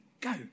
go